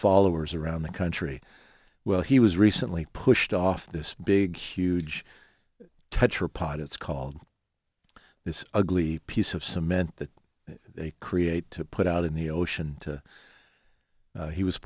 followers around the country well he was recently pushed off this big huge tetrapod it's called this ugly piece of cement that they create to put out in the ocean to he was